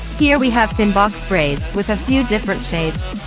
here we have thin box braids with a few different shades.